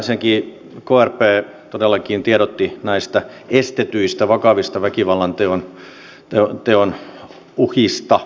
ensinnäkin krp todellakin tiedotti näistä estetyistä vakavista väkivallanteon uhista